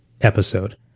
episode